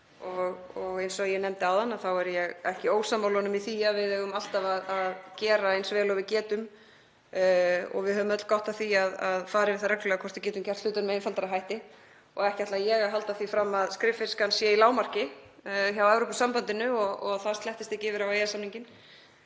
Eins og ég nefndi áðan er ég ekki ósammála honum í því að við eigum alltaf að gera eins vel og við getum og við höfum öll gott af því að fara yfir það reglulega hvort við getum gert hlutina með einfaldari hætti. Ekki ætla ég að halda því fram að skriffinnskan sé í lágmarki hjá Evrópusambandinu og að það sléttist ekki yfir á EES-samninginn.